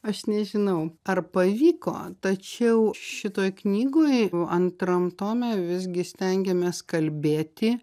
aš nežinau ar pavyko tačiau šitoj knygoj antram tome visgi stengiamės kalbėti